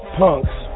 punks